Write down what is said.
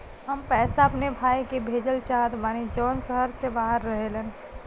हम पैसा अपने भाई के भेजल चाहत बानी जौन शहर से बाहर रहेलन